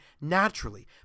naturally